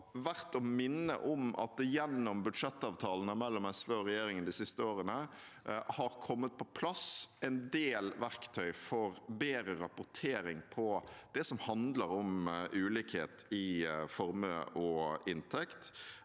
det verdt å minne om at det gjennom budsjettavtalene mellom SV og regjeringen de siste årene har kommet på plass en del verktøy for bedre rapportering på det som handler om ulikhet i formue og inntekt,